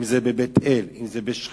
אם זה בבית-אל, אם זה בשכם,